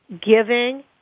giving